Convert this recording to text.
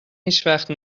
هیچوقت